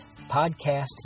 Podcast